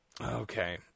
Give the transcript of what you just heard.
Okay